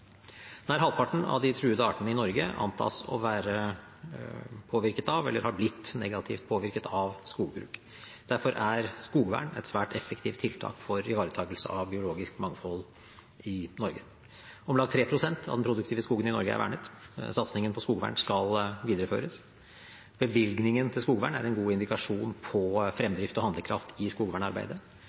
halvparten av de truede artene i Norge antas å være eller å ha blitt negativt påvirket av skogbruk. Derfor er skogvern et svært effektivt tiltak for ivaretaking av biologisk mangfold i Norge. Om lag 3 pst. av den produktive skogen er vernet. Satsingen på skogvern skal videreføres. Bevilgningen til skogvern er en god indikasjon på fremdrift og handlekraft i skogvernarbeidet.